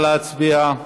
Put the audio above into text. נא להצביע.